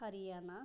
Haryana